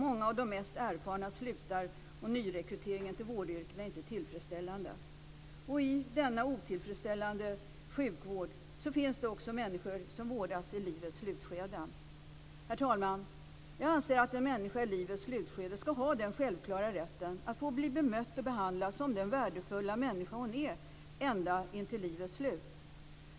Många av de mest erfarna slutar, och nyrekryteringen till vårdyrkena är inte tillfredsställande. I denna otillfredsställande sjukvård finns det också människor som vårdas i livets slutskede. Herr talman! Jag anser att en människa i livets slutskede skall ha den självklara rätten att få bli bemött och behandlad som den värdefulla människa hon är ända intill livets slut.